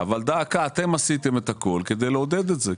אבל דא עקא, אתם עשיתם את הכל כדי לעודד את זה.